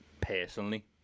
personally